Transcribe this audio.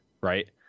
right